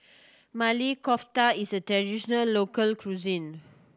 Maili Kofta is a traditional local cuisine